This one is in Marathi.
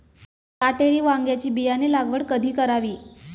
काटेरी वांग्याची बियाणे लागवड कधी करावी?